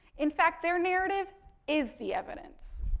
in fact, their narrative is the evidence.